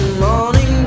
Morning